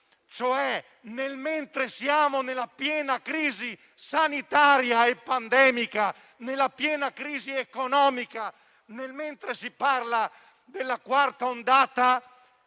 nel mentre siamo nella piena crisi sanitaria e pandemica, nella piena crisi economica, nel mentre si parla della quarta ondata